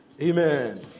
Amen